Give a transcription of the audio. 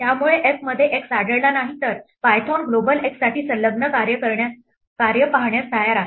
त्यामुळे f मध्ये x आढळला नाही तर पायथन ग्लोबल x साठी संलग्न कार्य पाहण्यास तयार आहे